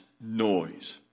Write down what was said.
noise